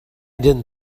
didn’t